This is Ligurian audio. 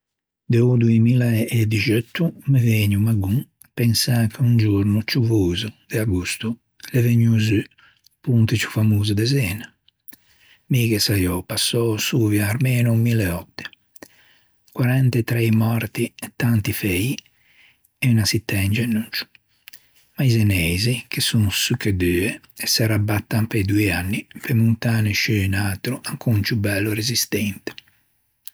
Do doemilladixeutto me vëgne o magon à pensâ che un giorno cieuvoso de agosto l'é vegnuo zu o ponte ciù famoso de Zena. Mi ghe saiò passou sovia armeno mille òtte. Quarantetrei mòrti e tanti ferii e unna çittæ in zenoggio. Ma i zeneixi che son sucche due se rabattan pe doî anni pe montâne sciù un atro ancon ciù bello e resistente.